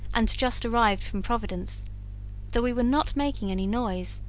and just arrived from providence that we were not making any noise,